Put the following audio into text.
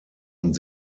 und